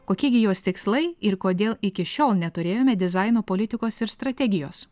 kokie gi jos tikslai ir kodėl iki šiol neturėjome dizaino politikos ir strategijos